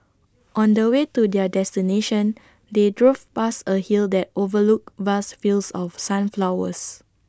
on the way to their destination they drove past A hill that overlooked vast fields of sunflowers